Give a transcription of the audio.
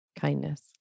Kindness